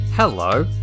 Hello